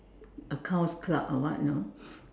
accounts clerk or what you know